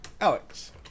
Alex